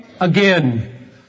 again